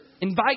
Invite